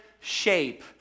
shape